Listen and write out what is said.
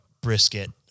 brisket